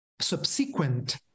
subsequent